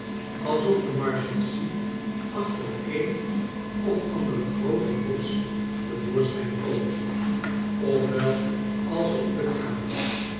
alsof de marshalsea achter een of andere groote rots te voorschijn komen of wel alsof de kamer